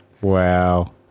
Wow